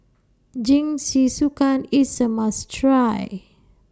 Jingisukan IS A must Try